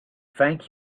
thank